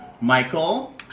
Michael